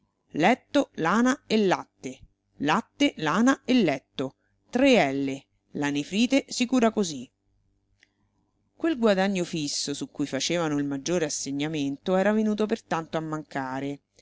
letto lana e latte latte lana e letto tre elle la nefrite si cura così quel guadagno fisso su cui facevano il maggiore assegnamento era venuto per tanto a mancare